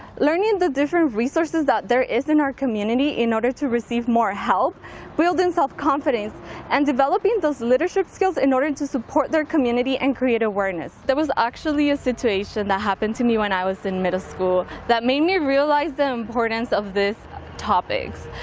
learning the different resources that there is in our community in order to receive more help building self confidence and developing those leadership skills in order to support their community and create awareness. there was actually a situation that happened to me when i was in middle school that made me realize the importance of this topics.